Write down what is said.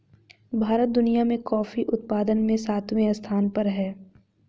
भारत दुनिया में कॉफी उत्पादन में सातवें स्थान पर है